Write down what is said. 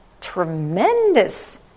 tremendous